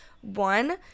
One